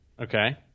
Okay